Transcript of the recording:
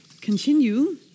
continue